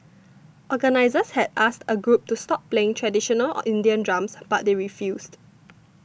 organisers had asked a group to stop playing traditional Indian drums but they refused